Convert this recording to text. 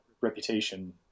reputation